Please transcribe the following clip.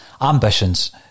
ambitions